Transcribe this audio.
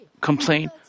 complain